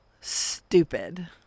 stupid